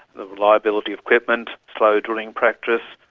the reliability of equipment, slow drilling practice,